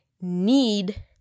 need